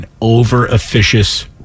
Over-officious